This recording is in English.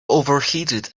overheated